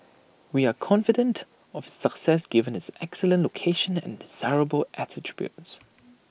we are confident of its success given its excellent location and desirable attributes